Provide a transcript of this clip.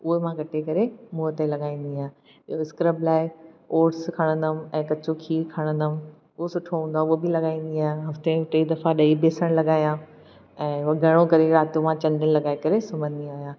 उहो मां कटे करे मूंहं ते लॻाईंदी आहियां स्क्रब लाइ ओट्स खणंदमि ऐं कचो खीर खणंदमि उहो सुठो हूंदो आहे उहा बि लॻाईंदी आहियां हफ़्ते में टे दफ़ा ॾई बेसण लॻायां ऐं उहा घणो करे राति मां चंदन लॻाए करे सुम्हंदी आहियां